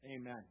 Amen